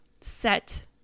set